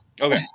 Okay